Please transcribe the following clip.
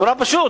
נורא פשוט.